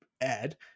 add